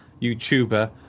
YouTuber